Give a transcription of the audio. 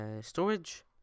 storage